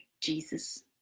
Jesus